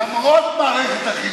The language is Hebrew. למרות מערכת החינוך.